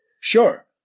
Sure